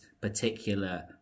particular